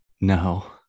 No